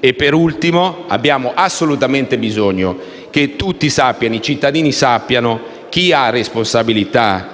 e, in ultimo, abbiamo assolutamente bisogno che tutti i cittadini sappiano chi ha responsabilità,